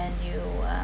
and you are